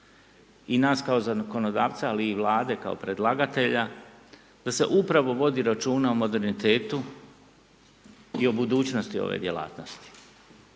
i nas kao zakonodavca ali i Vlade kao predlagatelja da se upravo vodi računa o modernitetu i o budućnosti ove djelatnosti.